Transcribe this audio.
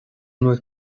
bhfuil